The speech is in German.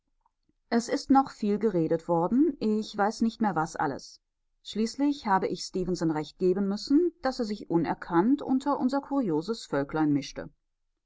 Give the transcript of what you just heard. es ist noch viel geredet worden ich weiß nicht mehr was alles schließlich habe ich stefenson recht geben müssen daß er sich unerkannt unter unser kurioses völklein mischte